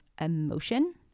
emotion